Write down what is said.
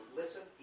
listen